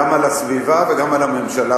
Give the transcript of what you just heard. גם על הסביבה וגם על הממשלה,